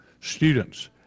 students